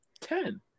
Ten